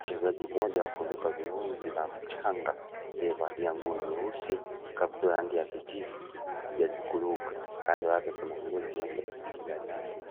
Mchezaji mmoja wa kuruka viunzi na mchanga aliyevalia nguo nyeusi, kaptura ya rangi ya kijivu akijaribu kuruka. Kando yake kuna nguo zimewekwa juu ya nyasi